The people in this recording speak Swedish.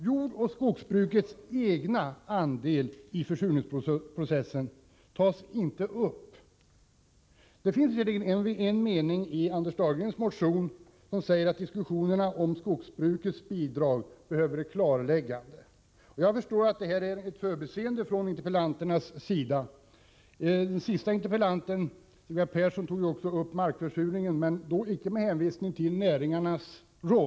Jordoch skogsbrukets egen andel i - Nr 24 försurningsprocessen tas inte upp — låt vara att det finns en mening i Anders : E Fredagen den Dahlgrens motion som säger att diskussionerna om skogsbrukets bidrag 9november 1984 behöver ett klarläggande. Jag förstår att det är ett förbiseende från interpellanternas sida. Den siste interpellanten, Sigvard Persson, tog upp Om åtgärder för att också markförsurningen men då icke med hänvisning till jordoch skogsbegränsa försurbruksnäringarnas roll.